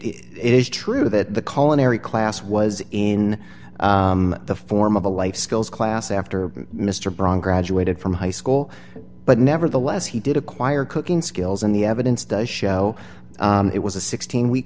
it is true that the call an airy class was in the form of a life skills class after mr braun graduated from high school but nevertheless he did acquire cooking skills in the evidence to show it was a sixteen week